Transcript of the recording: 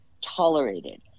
tolerated